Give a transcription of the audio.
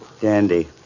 Dandy